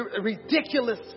ridiculous